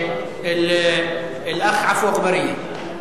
אל-אח' עפו אגבאריה.